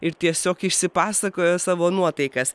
ir tiesiog išsipasakoja savo nuotaikas